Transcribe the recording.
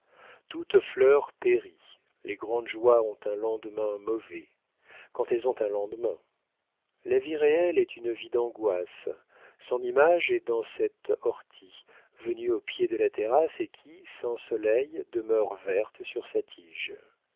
toute fleur périt les grandes joies ont un lendemain mauvais quand elles ont un lendemain la vie réelle est une vie d'angoisses son image est dans cette ortie venue au pied de la terrasse et qui sans soleil demeure verte sur sa tige